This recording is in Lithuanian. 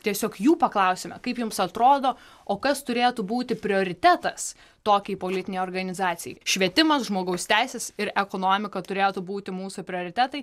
tiesiog jų paklausėme kaip jums atrodo o kas turėtų būti prioritetas tokiai politinei organizacijai švietimas žmogaus teisės ir ekonomika turėtų būti mūsų prioritetai